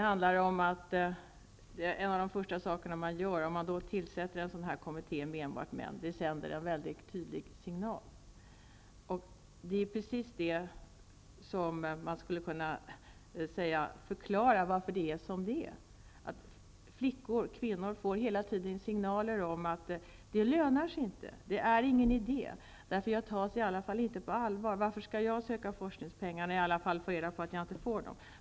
Om man då först tillsätter en kommitté med enbart män sänder man en väldigt tydlig signal. Kvinnor och flickor får hela tiden signaler om att det inte lönar sig, att det inte är någon idé, då de i alla fall inte tas på allvar. ''Varför skall jag söka forskningspengar när jag inte får dem?